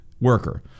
worker